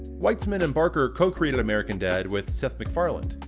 weitzman and barker co-created american dad! with seth macfarlane,